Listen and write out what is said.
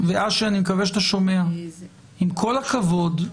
עם כל הכבוד,